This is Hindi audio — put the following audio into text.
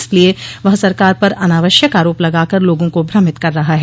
इसलिए वह सरकार पर अनावश्यक आरोप लगाकर लोगों को भ्रमित कर रहा है